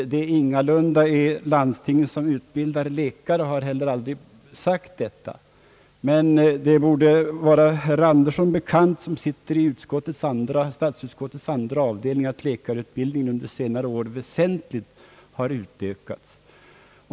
Det borde emellertid vara herr Andersson, som sitter i statsutskottets andra avdelning, bekant att läkarutbildningen under senare år har väsentligt utökats.